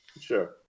sure